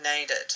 needed